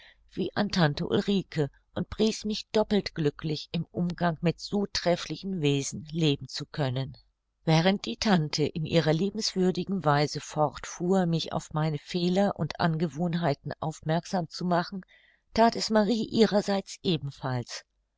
wie an tante ulrike und pries mich doppelt glücklich im umgang mit so trefflichen wesen leben zu können während die tante in ihrer liebenswürdigen weise fortfuhr mich auf meine fehler und angewohnheiten aufmerksam zu machen that es marie ihrerseits ebenfalls